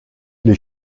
les